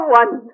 one